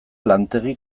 lantegi